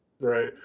Right